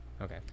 okay